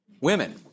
Women